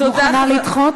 את מוכנה לדחות?